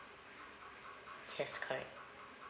yes correct